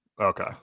Okay